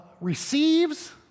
receives